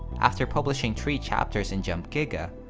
after publishing three chapters in jump giga,